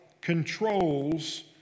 controls